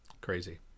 crazy